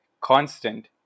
constant